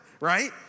Right